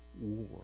war